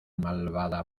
malvada